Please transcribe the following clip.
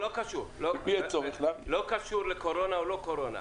לא קשור לקורונה או לא קורונה.